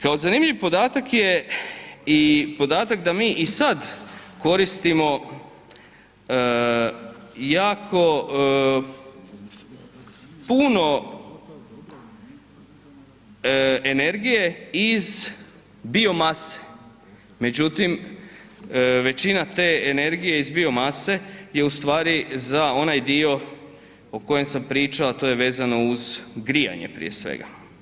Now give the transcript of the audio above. Kao zanimljiv podatak je i podatak da mi i sad koristimo jako puno energije iz biomase međutim većina te energije iz biomase je ustvari za onaj dio o kojem sam pričao, a to je vezano uz grijanje prije svega.